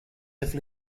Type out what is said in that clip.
have